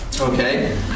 Okay